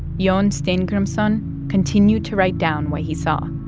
jon steingrimsson continued to write down what he saw.